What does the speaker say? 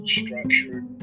structured